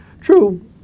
True